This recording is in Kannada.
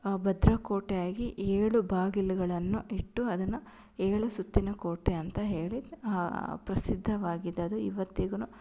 ಭದ್ರ ಕೋಟೆಯಾಗಿ ಏಳು ಬಾಗಿಲುಗಳನ್ನು ಇಟ್ಟು ಅದನ್ನು ಏಳು ಸುತ್ತಿನ ಕೋಟೆ ಅಂತ ಹೇಳಿ ಪ್ರಸಿದ್ಧವಾಗಿದ್ದದ್ದು ಇವತ್ತಿಗು